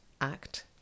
Act